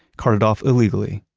carted off illegally,